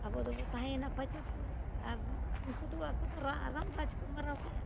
ᱟᱵᱚ ᱫᱚᱵᱚᱱ ᱛᱟᱦᱮᱸᱭᱮᱱᱟ ᱯᱷᱟᱹᱥᱩᱲ ᱨᱮ ᱟᱨ ᱩᱱᱠᱩ ᱫᱚ ᱟᱠᱚᱫᱚ ᱟᱨᱟᱢ ᱨᱟᱡᱽ ᱠᱚ ᱢᱟᱨᱟᱣ ᱠᱮᱫᱟ